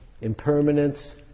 impermanence